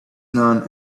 none